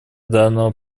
данного